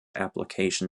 application